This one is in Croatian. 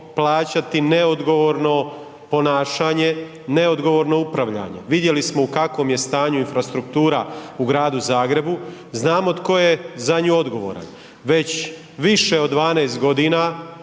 plaćati neodgovorno ponašanje, neodgovorno upravljanje. Vidjeli smo u kakvom je stanju infrastruktura u Gradu Zagrebu, znamo tko je za nju odgovoran. Već više od 12 godina